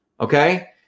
Okay